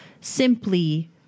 simply